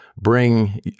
bring